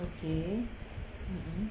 okay mmhmm